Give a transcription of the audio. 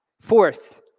Fourth